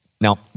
Now